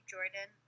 Jordan